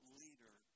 leader